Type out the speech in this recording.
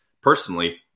personally